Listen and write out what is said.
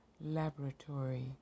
Laboratory